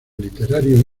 literario